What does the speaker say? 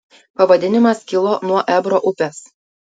pavadinimas kilo nuo ebro upės